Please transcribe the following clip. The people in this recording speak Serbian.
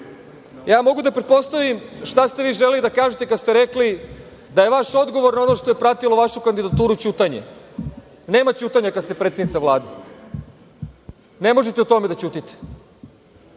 odnosa. Mogu da pretpostavim šta ste vi želeli da kažete kada ste rekli da je vaš odgovor na ono što je pratilo vašu kandidaturu ćutanje. Nema ćutanja kada ste predsednica Vlade. Ne možete o tome da ćutite.